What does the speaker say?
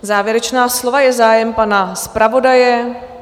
Závěrečná slova je zájem pana zpravodaje.